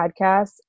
podcast